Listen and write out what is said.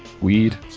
Weed